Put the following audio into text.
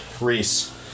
Reese